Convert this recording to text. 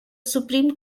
supreme